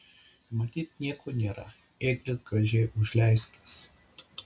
matyt nieko nėra ėglis gražiai užleistas